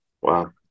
Wow